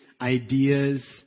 ideas